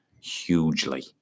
hugely